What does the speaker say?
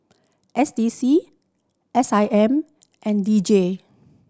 S D C S I M and D J